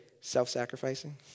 self-sacrificing